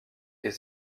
est